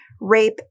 rape